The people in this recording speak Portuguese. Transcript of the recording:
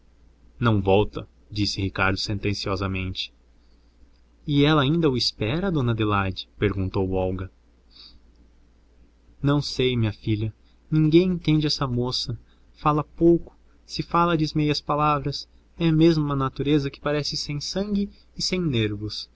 não volta disse ricardo sentenciosamente e ela ainda o espera dona adelaide perguntou olga não sei minha filha ninguém entende essa moça fala pouco se fala diz meias palavras é mesmo uma natureza que parece sem sangue nem nervos